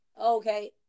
okay